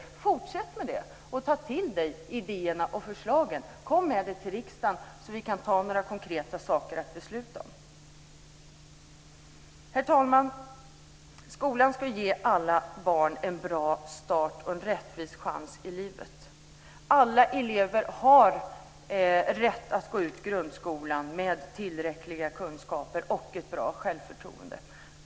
Fortsätt med det, och ta till dig idéerna och förslagen. Kom med dem till riksdagen så att vi får något konkret att besluta om. Herr talman! Skolan ska ge alla barn en bra start och en rättvis chans i livet. Alla elever har rätt att gå ut grundskolan med tillräckliga kunskaper och ett bra självförtroende.